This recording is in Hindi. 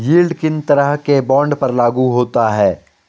यील्ड किन तरह के बॉन्ड पर लागू होता है?